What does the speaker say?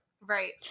Right